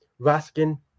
Raskin